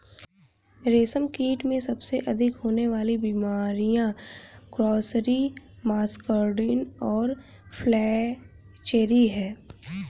रेशमकीट में सबसे अधिक होने वाली बीमारियां ग्रासरी, मस्कार्डिन और फ्लैचेरी हैं